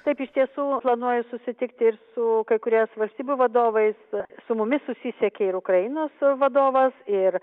taip iš tiesų planuoju susitikti ir su kai kuriais valstybių vadovais su mumis susisiekė ir ukrainos vadovas ir